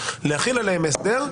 להחיל עליהם הסדר,